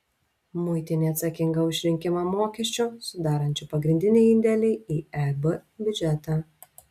muitinė atsakinga už rinkimą mokesčių sudarančių pagrindinį indėlį į eb biudžetą